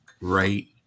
right